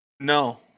No